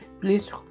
please